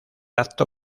acto